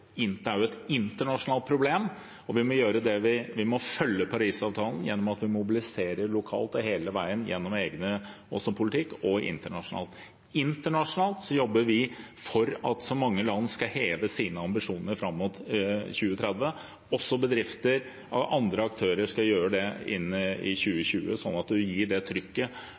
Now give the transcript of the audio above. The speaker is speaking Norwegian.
følge Parisavtalen ved å mobilisere lokalt og hele veien gjennom egen politikk og internasjonal politikk. Internasjonalt jobber vi for at så mange land som mulig skal heve sine ambisjoner fram mot 2030, og også for at bedrifter og andre aktører skal gjøre det innen 2020, slik at man skaper det trykket